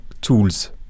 tools